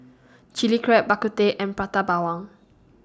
Chilli Crab Bak Kut Teh and Prata Bawang